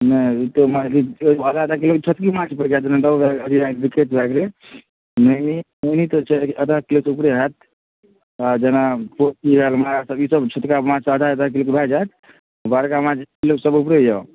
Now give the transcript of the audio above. नहि ओ तऽ मार आधा आधा किलो के छोटकी माँछ भए जायत रहु भए गेलै ब्रिकेट भए गेल नैनी नैनी तऽ छै लेकिन आधा किलो सऽ उपरे होयत हँ जेना पोठी भए गेल मारा सब ईसब छोटका माँछ आधा आधा किलो के भए जायत बड़का माँछ एक किलोसऽ उपरे यऽ